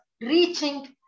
reaching